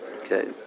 okay